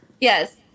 yes